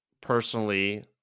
Personally